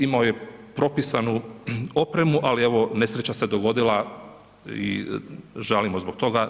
Imao je propisanu opremu, ali evo, nesreća se dogodila i žalimo zbog toga.